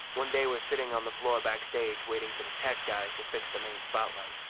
one day we're sitting on the floor backstage waiting for the tech guys to fix the main spotlight.